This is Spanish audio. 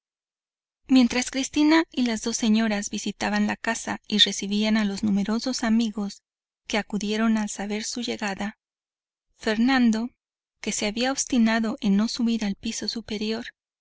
mientras cristina y las dos señoras visitaban la casa y recibían a los numerosos amigos que acudieron al saber su llegada fernando que se había obstinado en no subir al piso superior